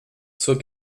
zur